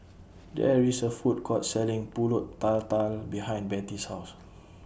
There IS A Food Court Selling Pulut Tatal behind Betty's House